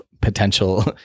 potential